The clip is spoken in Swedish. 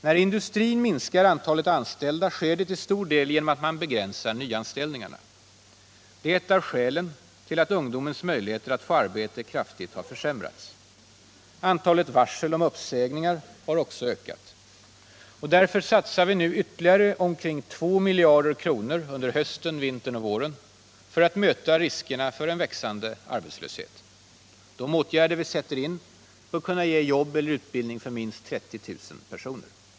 När industrin minskar antalet anställda sker det till stor del genom att man begränsar nyanställningarna. Det är ett av skälen till att ungdomens möjligheter att få arbete kraftigt har försämrats. Antalet varsel om uppsägningar har också ökat. Därför satsar vi nu ytterligare omkring 2 miljarder kronor under hösten, vintern och våren för att möta riskerna för en växande arbetslöshet. De åtgärder vi sätter in bör kunna ge jobb eller utbildning åt minst 30000 personer.